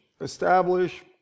establish